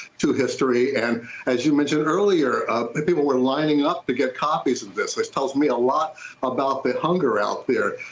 to history. and as you mention earlier, but people were lining up to get copies of this which tells me a lot about the hunger out there,